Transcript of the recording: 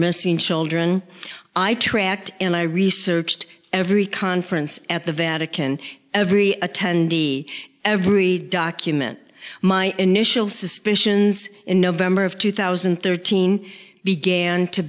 missing children i tracked and i researched every conference at the vatican every attendee every document my initial suspicions in november of two thousand and thirteen began to